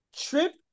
trip